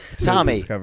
Tommy